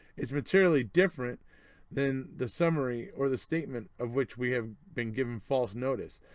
it's materially different than the summary or the statement of which we have been given false notice.